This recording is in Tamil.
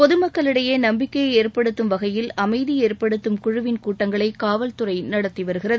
பொதுமக்களிடையே நம்பிக்கையை ஏற்படுத்தும் வகையில் அமைதி ஏற்படுத்தும் குழுவின் கூட்டங்களை காவல்துறை நடத்தி வருகிறது